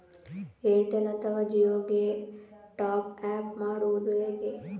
Airtel ಅಥವಾ ಜಿಯೊ ಗೆ top up ಮಾಡುವುದು ಹೇಗೆ?